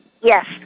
Yes